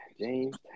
James